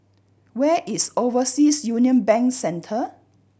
where is Overseas Union Bank Centre